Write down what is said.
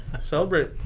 celebrate